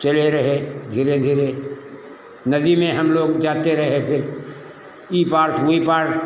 चले रहे धीरे धीरे नदी में हम लोग जाते रहे फिर ई पार से ऊइ पार